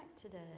today